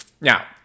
Now